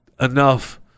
enough